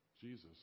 Jesus